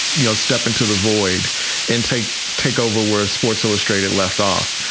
you know, step into the void and take take over where sports illustrated left off?